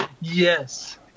Yes